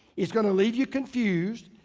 is gonna leave you confused.